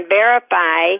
verify